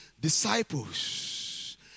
disciples